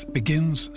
begins